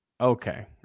Okay